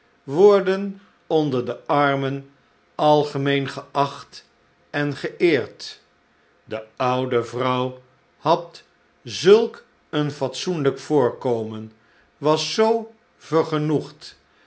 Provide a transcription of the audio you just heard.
worden onder de armen algemeen geacht en geeerd de oude vrouw had zulk een fatsoenlijk voorkomen was zoo